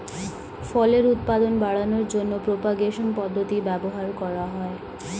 ফলের উৎপাদন বাড়ানোর জন্য প্রোপাগেশন পদ্ধতি ব্যবহার করা হয়